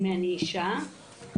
להשמיע קול ולדרוש את המגיע לנו.